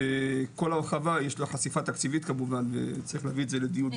וכל הרחבה יש לה חשיפה תקציבית כמובן וצריך הביא את זה לדיון.